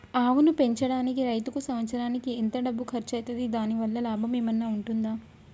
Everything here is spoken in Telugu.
ఆవును పెంచడానికి రైతుకు సంవత్సరానికి ఎంత డబ్బు ఖర్చు అయితది? దాని వల్ల లాభం ఏమన్నా ఉంటుందా?